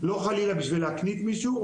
לא חלילה בשביל להקניט מישהו,